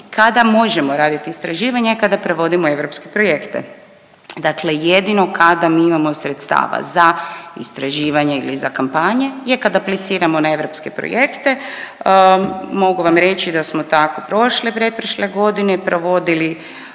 Kada možemo radit istraživanje? Kada provodimo europske projekte, dakle jedino kada mi imamo sredstava za istraživanje ili za kampanje jer kad apliciramo na europske projekte, mogu vam reći da smo tako prošle i pretprošle godine provodili